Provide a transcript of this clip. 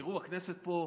תראו, הכנסת פה,